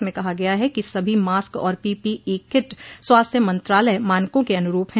इसमें कहा गया है कि सभी मास्क और पीपीइ किट स्वास्थ्य मंत्रालय मानकों के अनुरुप हैं